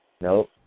Nope